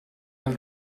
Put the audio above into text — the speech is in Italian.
nel